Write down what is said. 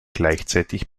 gleichzeitig